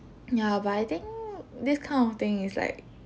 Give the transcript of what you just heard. ya but I think this kind of thing is like